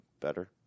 better